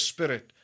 Spirit